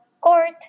court